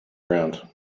round